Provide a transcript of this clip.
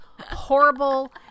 horrible